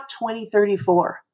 2034